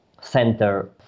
center